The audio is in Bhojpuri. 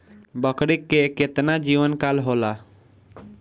बकरी के केतना जीवन काल होला?